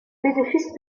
bénéfice